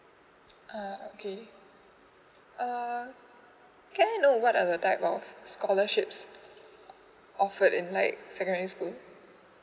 ah okay err can I know what are the type of scholarships offered in like secondary school